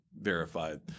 verified